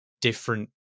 different